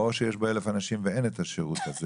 או שיש בו 1000 אנשים ואין את השירות הזה